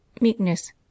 meekness